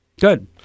Good